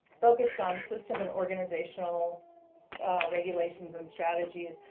focused on system and organizational regulations and strategies,